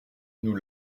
nous